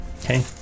Okay